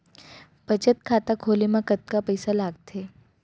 बचत खाता खोले मा कतका पइसा लागथे?